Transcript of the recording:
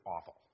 awful